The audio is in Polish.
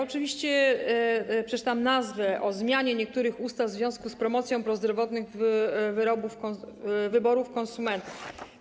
Oczywiście przeczytam nazwę: o zmianie niektórych ustaw w związku z promocją prozdrowotnych wyborów konsumentów.